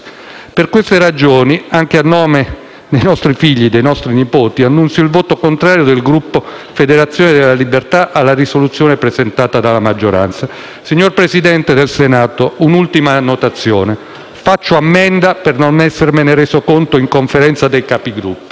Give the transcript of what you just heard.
queste ragioni, anche a nome dei nostri figli e nipoti, annuncio il voto contrario del Gruppo Federazione della Libertà alla risoluzione presentata dalla maggioranza. Signor Presidente del Senato, un'ultima notazione. Faccio ammenda per non essermene reso conto in Conferenza dei Capigruppo.